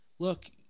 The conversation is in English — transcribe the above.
Look